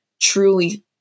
truly